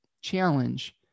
challenge